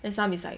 then some is like